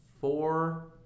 four